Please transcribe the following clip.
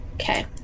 Okay